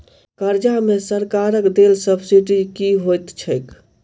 कर्जा मे सरकारक देल सब्सिडी की होइत छैक?